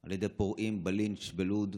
על ידי פורעים בלינץ' בלוד.